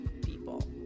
people